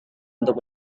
untuk